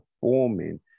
performing